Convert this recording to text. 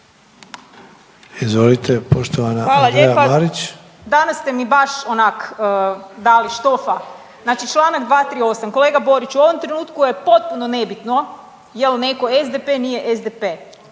Marić. **Marić, Andreja (SDP)** Hvala lijepa. Danas ste mi baš onak dali štofa, znači čl. 238., kolega Boriću u ovom trenutku je potpuno nebitno jel neko SDP, nije SDP,